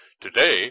today